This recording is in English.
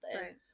Right